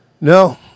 No